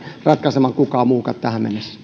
ratkaisemaan kukaan muukaan tähän mennessä